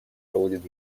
проводит